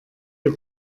ihr